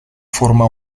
forma